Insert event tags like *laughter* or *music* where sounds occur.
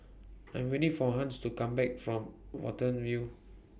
*noise* I'm waiting For Hans to Come Back from Watten View